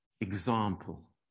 example